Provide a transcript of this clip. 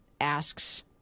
asks